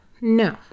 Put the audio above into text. No